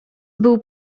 był